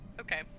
Okay